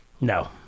No